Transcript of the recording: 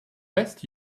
best